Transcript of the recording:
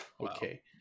Okay